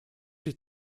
sich